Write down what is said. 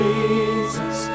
Jesus